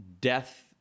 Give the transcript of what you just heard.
death